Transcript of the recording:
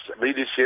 leadership